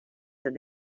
said